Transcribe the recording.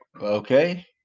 Okay